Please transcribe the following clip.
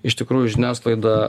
iš tikrųjų žiniasklaida